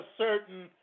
certain